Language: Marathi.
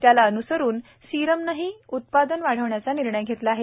त्याला अन्सरून सीरमनंही उत्पादन वाढवण्याचा निर्णय घेतला आहे